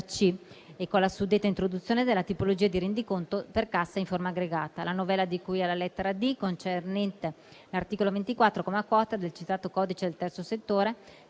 Grazie,